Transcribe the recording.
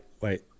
Wait